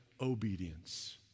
obedience